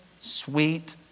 sweet